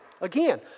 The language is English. Again